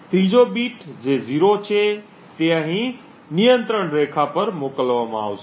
ત્રીજો બીટ જે 0 છે તે અહીં નિયંત્રણ રેખા પર અહીં મોકલવામાં આવશે